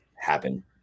happen